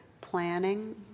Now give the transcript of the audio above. Planning